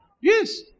Yes